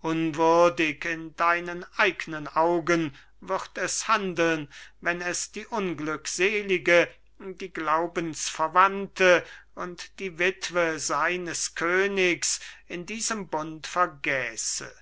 unwürdig in deinen eignen augen würd'es handeln wenn es die unglückselige die glaubensverwandte und die witwe seines königs in diesem bund vergäße